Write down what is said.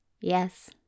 Yes